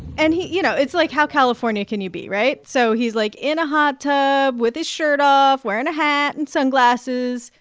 and he you know, it's like, how california can you be, right? so he's, like, in a hot tub with his shirt off, wearing a hat and sunglasses,